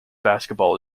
basketball